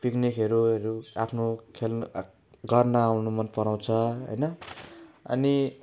पिक्निकहरू हरू आफ्नो खेल्ने गर्न आउनु मनपराउँछ होइन अनि